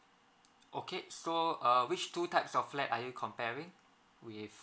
okay so err which two types of flat are you comparing with